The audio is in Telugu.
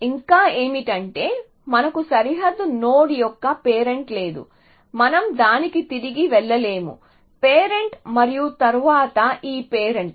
ఇంకా ఏమిటంటే మనకు సరిహద్దు నోడ్ యొక్క పేరెంట్ లేదు మనం దానికి తిరిగి వెళ్లలేము పేరెంట్ మరియు తరువాత ఈ పేరెంట్